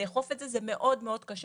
לאכוף את הדבר הזה זה מאוד מאוד קשה,